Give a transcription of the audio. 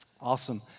Awesome